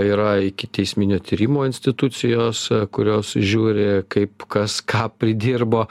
yra ikiteisminio tyrimo institucijos kurios žiūri kaip kas ką pridirbo